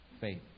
faith